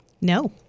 No